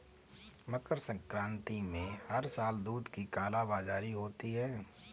मकर संक्रांति में हर साल दूध की कालाबाजारी होती है